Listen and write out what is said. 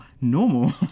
normal